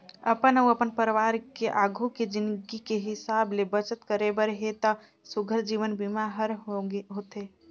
अपन अउ अपन परवार के आघू के जिनगी के हिसाब ले बचत करे बर हे त सुग्घर जीवन बीमा हर होथे